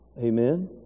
Amen